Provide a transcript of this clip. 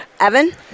evan